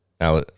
Now